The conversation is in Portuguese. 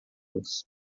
los